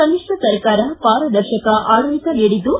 ಸಮ್ಮಿಶ್ರ ಸರ್ಕಾರ ಪಾರದರ್ಶಕ ಆಡಳಿತ ನೀಡಿದ್ದು